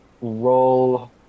roll